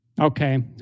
Okay